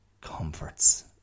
comforts